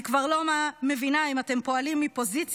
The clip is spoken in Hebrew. אני כבר לא מבינה אם אתם פועלים מפוזיציה,